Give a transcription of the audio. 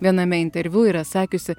viename interviu yra sakiusi